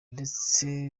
ndetse